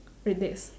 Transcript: red dates